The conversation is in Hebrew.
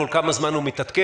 כל כמה זמן הוא מתעדכן?